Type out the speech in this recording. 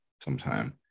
sometime